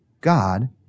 God